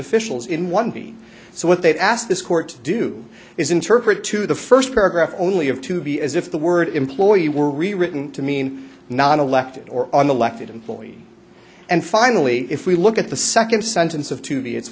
officials in one b so what they've asked this court to do is interpret to the first paragraph only have to be as if the word employee were rewritten to mean non elected or on the left employee and finally if we look at the second sentence of to be it's